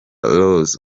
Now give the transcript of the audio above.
rose